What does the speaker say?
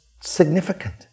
significant